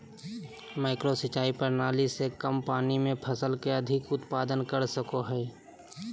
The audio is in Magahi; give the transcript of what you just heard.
माइक्रो सिंचाई प्रणाली से कम पानी में फसल के अधिक उत्पादन कर सकय हइ